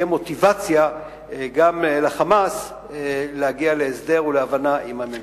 שתהיה מוטיבציה גם ל"חמאס" להגיע להסדר ולהבנה עם הממשלה.